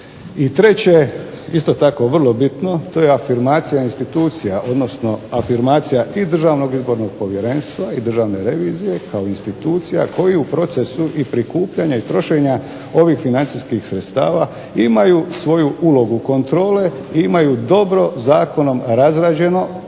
treće, isto tako vrlo bitno, to je afirmacija institucija, odnosno afirmacija i Državnog izbornog povjerenstva i Državne revizije kao institucija koju u procesu i prikupljanja i trošenja ovih financijskih sredstava imaju svoju ulogu kontrole i imaju dobro zakonom razrađeno u